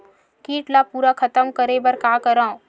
कीट ला पूरा खतम करे बर का करवं?